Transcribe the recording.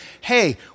hey